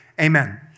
amen